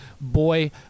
boy